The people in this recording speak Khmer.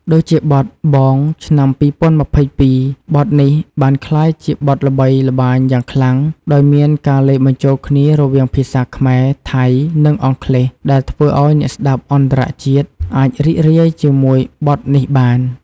ដូចជា បទ BONG ឆ្នាំ២០២២ បទនេះបានក្លាយជាបទល្បីល្បាញយ៉ាងខ្លាំង ដោយមានការលាយបញ្ចូលគ្នារវាងភាសាខ្មែរ ថៃ និងអង់គ្លេស ដែលធ្វើឱ្យអ្នកស្ដាប់អន្តរជាតិអាចរីករាយជាមួយបទនេះបាន។